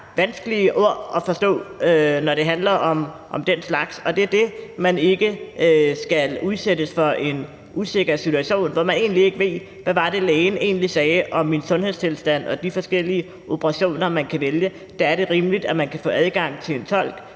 vanskelige ord at forstå, når det handler om den slags. Og man skal ikke udsættes for en usikker situation, hvor man ikke ved, hvad det var, lægen egentlig sagde om ens sundhedstilstand og de forskellige operationer, man kan vælge. Der er det rimeligt, at man kan få adgang til en tolk,